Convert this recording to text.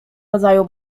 rodzaju